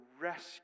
rescue